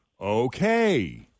Okay